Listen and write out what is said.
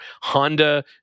Honda